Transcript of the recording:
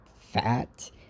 fat